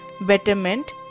betterment